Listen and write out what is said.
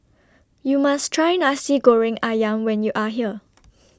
YOU must Try Nasi Goreng Ayam when YOU Are here